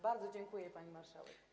Bardzo dziękuję, pani marszałek.